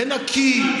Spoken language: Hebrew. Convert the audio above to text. לפני עשר שנים.